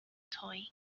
toy